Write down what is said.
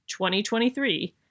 2023